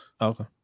okay